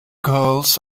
girls